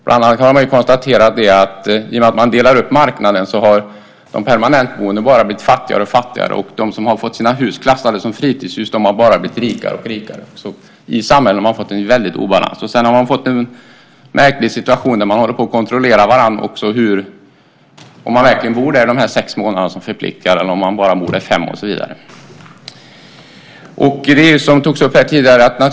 Bland annat kan vi konstatera att i och med att marknaden har delats upp har de permanentboende blivit fattigare och de som har fått sina hus klassade som fritidshus har blivit rikare. Det har blivit en obalans i samhällena. Det har blivit en märklig situation där alla kontrollerar om de boende bor där i de sex månader de är förpliktade eller fem, och så vidare.